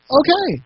okay